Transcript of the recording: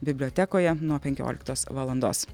bibliotekoje nuo penkioliktos valandos